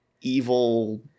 evil